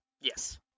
Yes